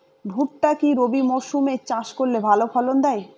ভুট্টা কি রবি মরসুম এ চাষ করলে ভালো ফলন দেয়?